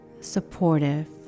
supportive